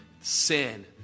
sin